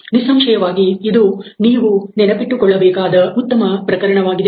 ನಿಸ್ಸಂಶಯವಾಗಿ ಇದು ನೀವು ನೆನಪಿಟ್ಟುಕೊಳ್ಳಬೇಕಾದ ಉತ್ತಮ ಪ್ರಕರಣವಾಗಿದೆ